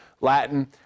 Latin